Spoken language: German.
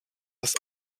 das